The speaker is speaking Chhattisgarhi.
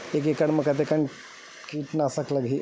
एक एकड़ कतेक किट नाशक लगही?